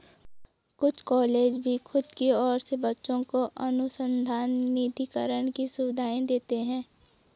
कुछ कॉलेज भी खुद की ओर से बच्चों को अनुसंधान निधिकरण की सुविधाएं देते हैं